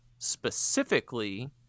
Specifically